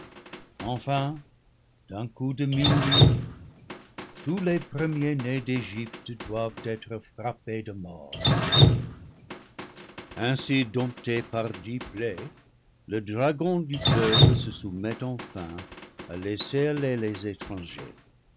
enfin d'un coup de minuit tous les pre miers nés d'egypte doivent être frappés de mort ainsi dompté par dix plaies le dragon du fleuve se soumet enfin à laisser aller les étrangers